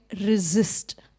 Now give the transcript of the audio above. resist